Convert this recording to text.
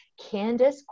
Candice